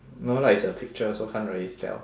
no lah it's a picture so can't really tell